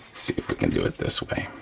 see if we can do it this way.